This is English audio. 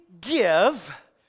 give